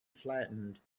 flattened